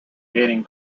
gaining